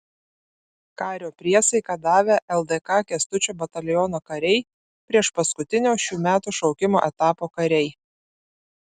kario priesaiką davę ldk kęstučio bataliono kariai priešpaskutinio šių metų šaukimo etapo kariai